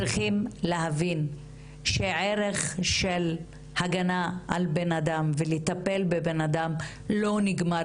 צריכים להבין שערך של הגנה על אדם וטיפול באדם לא נגמר